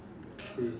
okay